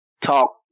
talk